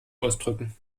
ausdrücken